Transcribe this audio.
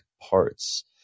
parts